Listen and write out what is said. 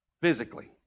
physically